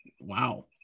Wow